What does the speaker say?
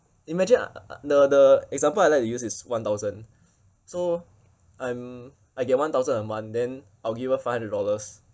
imagine the the example I like to use is one thousand so I'm I get one thousand a month then I'll give her five hundred dollars